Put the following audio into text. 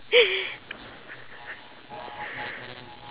so might as well we explore the whole entire wo~ worl~